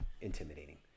intimidating